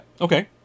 Okay